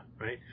right